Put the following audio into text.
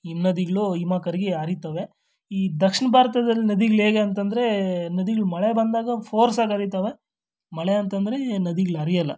ಹಿಮನದಿಗ್ಳು ಹಿಮ ಕರಗಿ ಹರೀತವೆ ಈ ದಕ್ಷಿಣ ಭಾರತದಲ್ಲಿ ನದಿಗ್ಳು ಹೇಗೆ ಅಂತಂದರೆ ನದಿಗ್ಳು ಮಳೆ ಬಂದಾಗ ಫೋರ್ಸಾಗಿ ಹರೀತವೆ ಮಳೆ ಅಂತಂದರೆ ನದಿಗ್ಳು ಹರಿಯೋಲ್ಲ